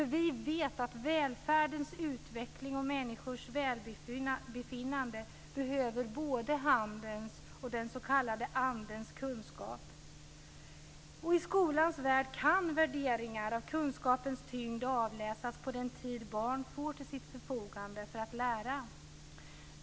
Vi vet att välfärdens utveckling och människors välbefinnande behöver både handens och den s.k. andens kunskap. I skolans värld kan värderingar av kunskapens tyngd avläsas på den tid barn får till sitt förfogande för att lära.